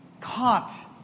caught